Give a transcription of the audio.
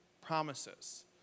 promises